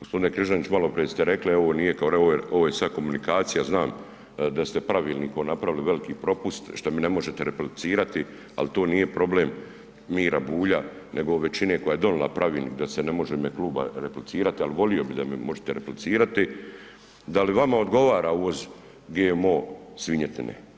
gospodine Križanić malo prije ste rekli, ovo nije kao, ovo je sad komunikacija, znam da ste pravilnikom napravili veliki propust šta mi ne možete replicirati, ali to nije problem Mira Bulja nego ove većine koja je donijela pravilnik da se ne može u ime kluba replicirati ali volio bih da mi možete replicirati, da li vama odgovara uvoz GMO svinjetine.